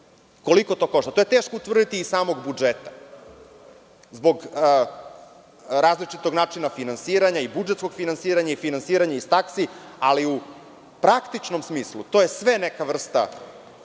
Koliko to košta? To je teško utvrditi iz samog budžeta, zbog različitog načina finansiranja i budžetskog finansiranja i finansiranja iz taksi, ali u praktičnom smislu to je sve neka vrsta